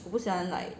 我不喜欢 like